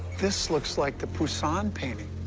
this looks like the poussin painting.